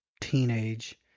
teenage